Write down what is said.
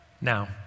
Now